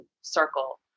circle